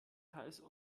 teils